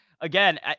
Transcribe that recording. again